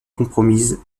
compromise